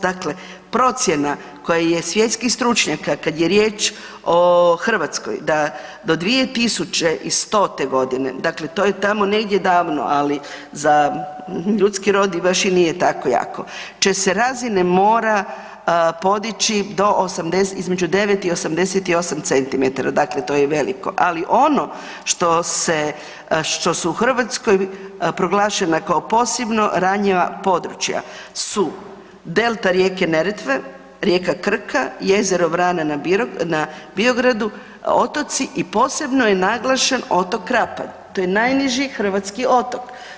Dakle procjena koju je svjetski stručnjak kada je riječ o Hrvatskoj da do 2100.g. dakle to je tamo negdje davno, ali za ljudski rod baš i nije tako jako, će se razine mora podići između 9 i 99 cm, dakle to je veliko, ali ono što se u Hrvatsko proglašeno kao posebno ranjiva područja su delta rijeke Neretve, rijeka Krka, jezero Vrana na Biogradu, otoci i posebno je naglašen otok Krapalj, to je najniži hrvatski otok.